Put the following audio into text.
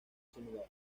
similar